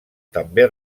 també